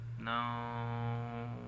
No